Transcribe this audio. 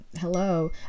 hello